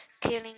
killing